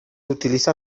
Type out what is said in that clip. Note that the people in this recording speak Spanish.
utiliza